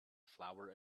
flower